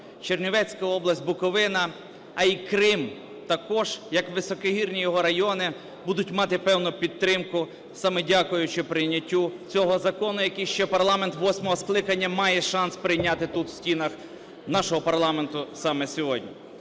Чернівецька область, Буковина, а і Крим також, як високогірні його райони, будуть мати певну підтримку саме дякуючи прийняттю цього закону, який ще парламент восьмого скликання має шанс прийняти тут, в стінах нашого парламенту, саме сьогодні.